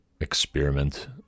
experiment